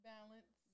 Balance